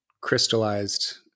crystallized